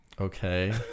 Okay